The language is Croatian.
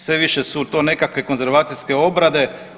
Sve više su to nekakve konzervacijske obrade.